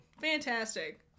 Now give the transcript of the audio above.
Fantastic